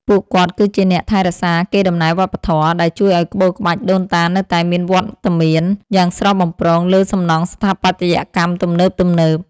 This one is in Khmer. ពួកគាត់គឺជាអ្នកថែរក្សាកេរដំណែលវប្បធម៌ ដែលជួយឱ្យក្បូរក្បាច់ដូនតានៅតែមានវត្តមានយ៉ាងស្រស់បំព្រងលើសំណង់ស្ថាបត្យកម្មទំនើបៗ។